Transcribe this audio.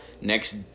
next